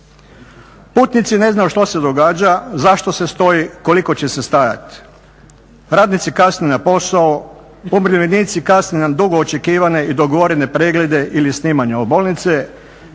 Putnici ne znaju što se događa, zašto se stoji, koliko će se stajati, radnici kasne na posao, umirovljenici kasne na dugo očekivane i dogovorene preglede ili snimanja u bolnice,